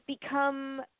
become